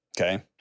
Okay